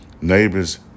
Neighbors